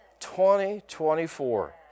2024